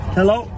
Hello